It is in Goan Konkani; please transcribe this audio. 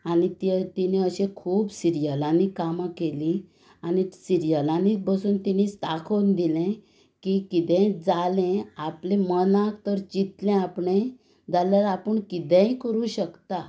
आनी तिणें अशे खूब सिरियलांनी कामां केलीं आनी सिरियलांनी पसून तिणें दाखोवन दिलें की कितेंय जालें आपले मनांत तर चितलें आपणें जाल्यार आपूण कितेंय करूंक शकता